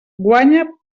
guanya